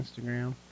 instagram